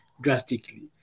drastically